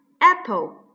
apple